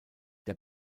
der